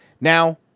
Now